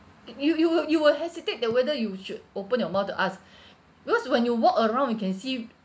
it you you will you will hesitate that whether you should open your mouth to ask because when you walk around you can see